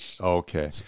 Okay